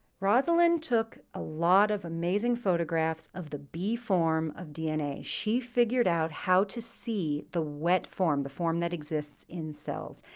rosalind took a lot of amazing photographs of the b form of dna. she figured out how to see the wet form, the form that exists in cells.